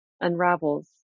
unravels